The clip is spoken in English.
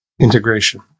integration